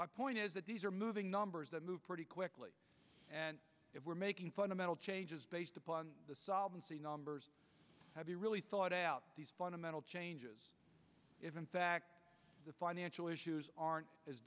my point is that these are moving numbers that move pretty quickly if we're making fundamental changes based upon the solvency numbers have you really thought out these fundamental changes if in fact the financial issues aren't as